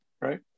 right